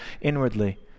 inwardly